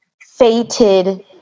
fated